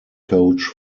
coach